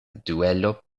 duelo